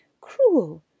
Cruel